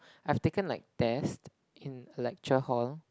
I've taken like test in lecture hall